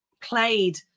played